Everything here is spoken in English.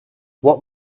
what